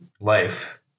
life